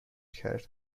کرد